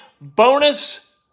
bonus